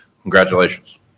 congratulations